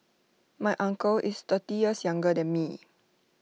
my uncle is thirty years younger than me